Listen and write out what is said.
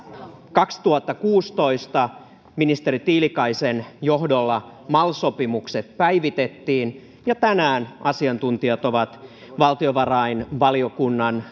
kaksituhattakuusitoista ministeri tiilikaisen johdolla mal sopimukset päivitettiin ja tänään asiantuntijat ovat valtiovarainvaliokunnan